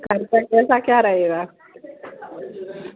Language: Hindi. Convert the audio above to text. क्या रहेगा